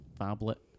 tablet